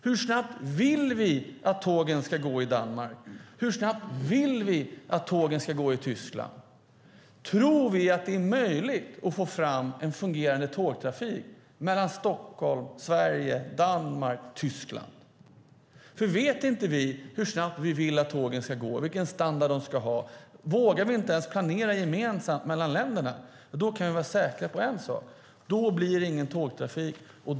Hur snabbt vill vi att tågen ska gå i Danmark? Hur snabbt vill vi att tågen ska gå i Tyskland? Tror vi att det är möjligt att få fram en fungerande tågtrafik mellan Sverige, Danmark och Tyskland? Vet inte vi hur snabbt vi vill att tågen ska gå och vilken standard de ska ha, vågar vi inte ens planera gemensamt mellan länderna kan vi vara säkra på en sak; det blir ingen tågtrafik.